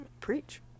Preach